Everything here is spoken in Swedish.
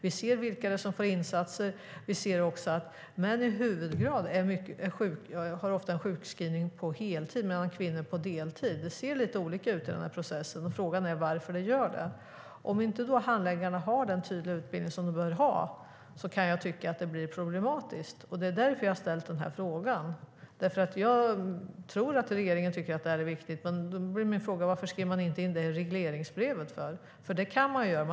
Vi ser vilka som får insatser och att män ofta är sjukskrivna på heltid medan kvinnor är sjukskrivna på deltid. Det ser alltså lite olika ut i processen, men frågan är varför. Om handläggarna inte har den tydliga utbildning de bör ha tycker jag att det blir problematiskt. Det är därför jag har ställt den här frågan. Jag tror att regeringen tycker att det här är viktigt, men varför skrev man då inte in det i regleringsbrevet? För det kan man göra.